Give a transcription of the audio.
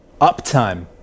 uptime